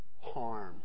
harm